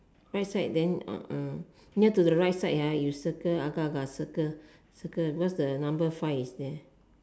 right side then uh near to the right side ah you circle agak agak circle circle because the number five is there